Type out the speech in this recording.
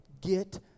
get